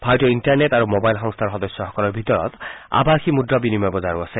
ভাৰতীয় ইণ্টাৰনেট আৰু মোবাইল সংস্থাৰ সদস্য সকলৰ ভিতৰত আভাসী মুদ্ৰা বিনিময় বজাৰো আছে